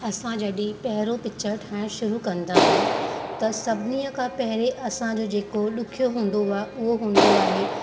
असां जॾहिं पहिरियों पिच्चर ठाहिणु शुरू कंदा आहियूं त सभिनीअ खां पहिरीं असांजो जेको ॾुखियो हूंदो आहे उहो हूंदो आहे